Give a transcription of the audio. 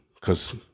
Cause